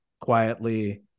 quietly